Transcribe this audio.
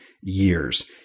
years